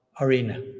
arena